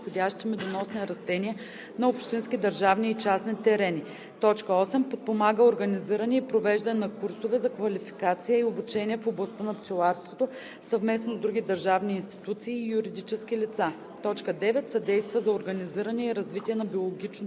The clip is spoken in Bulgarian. подходящи медоносни растения на общински, държавни и частни терени; 8. подпомага организиране и провеждане на курсове за квалификация и обучение в областта на пчеларството съвместно с други държавни институции и юридически лица; 9. съдейства за организиране и развитие на биологично